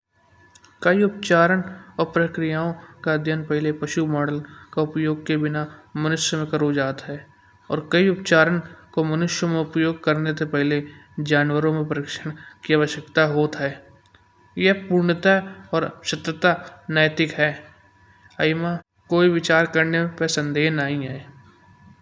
कई उपचारन और प्रक्रियाओं का अध्ययन पहले पशु मॉडल का उपयोग के बिना मनुष्य मा करो जात है। और कई उच्चारण को मनुष्य में उपयोग करने से पहले जनवरों में परीक्षण की आवश्यकता होता है। यह पूर्णता और सतत नैतिक है इमा कोई विचार करने पर संदेह नहीं है।